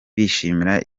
bishimira